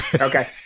Okay